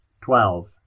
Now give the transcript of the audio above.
twelve